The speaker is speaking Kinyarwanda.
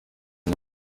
ayo